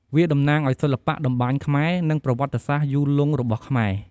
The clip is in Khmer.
វាតំណាងឲ្យសិល្បៈតម្បាញខ្មែរ និងប្រវត្តិសាស្ត្រយូរលង់របស់ខ្មែរ។